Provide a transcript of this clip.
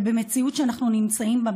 ובמציאות שאנחנו נמצאים בה,